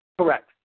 Correct